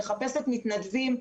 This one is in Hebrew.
מחפשת מתנדבים.